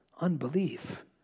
Unbelief